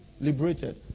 Liberated